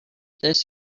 this